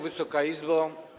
Wysoka Izbo!